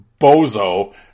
Bozo